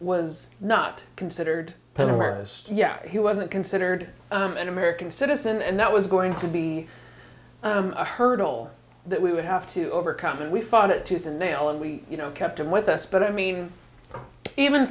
was not considered penner yeah he wasn't considered an american citizen and that was going to be a hurdle that we would have to overcome and we fought it tooth and nail and we kept him with us but i mean even